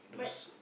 but